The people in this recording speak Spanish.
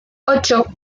ocho